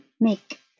Make